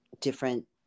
different